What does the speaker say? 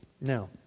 Now